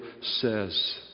says